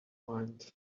mind